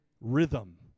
rhythm